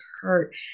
hurt